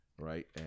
right